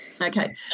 Okay